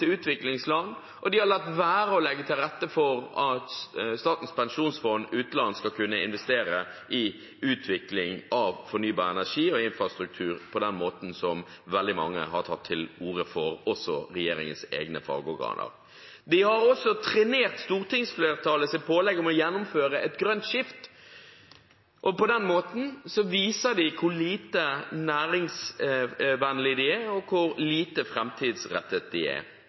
i fornybarbistanden til utviklingsland. De har latt være å legge til rette for at Statens pensjonsfond utland skal kunne investere i utvikling av fornybar energi og infrastruktur på den måten som veldig mange har tatt til orde for, også regjeringens egne fagorganer. De har også trenert stortingsflertallets pålegg om å gjennomføre et grønt skifte. På den måten viser de hvor lite næringsvennlige de er, og hvor lite framtidsrettede de er.